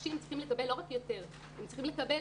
החלשים צריכים לקבל לא רק יותר אלא הם צריכים לקבל